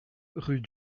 rue